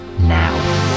now